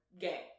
gay